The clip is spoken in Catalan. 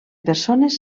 persones